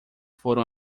foram